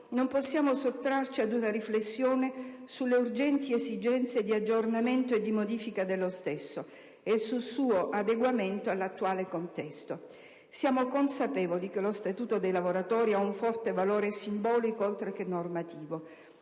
non possiamo sottrarci ad una riflessione sulle urgenti esigenze di aggiornamento e di modifica dello stesso e sul suo adeguamento all'attuale contesto. Siamo consapevoli del fatto che lo Statuto dei lavoratori abbia un forte valore simbolico oltre che normativo.